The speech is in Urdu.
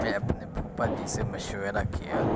میں اپنے پھوپھا جی سے مشورہ کیا